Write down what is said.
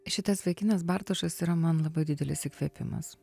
šitas vaikinas bartošas yra man labai didelis įkvėpimas